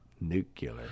nuclear